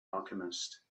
alchemist